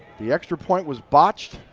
the extra point was botched.